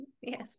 yes